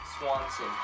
Swanson